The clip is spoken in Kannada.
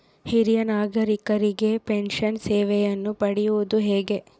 ಹಿರಿಯ ನಾಗರಿಕರಿಗೆ ಪೆನ್ಷನ್ ಸೇವೆಯನ್ನು ಪಡೆಯುವುದು ಹೇಗೆ?